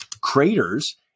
craters